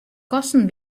kosten